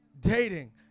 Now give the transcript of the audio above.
Dating